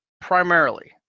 primarily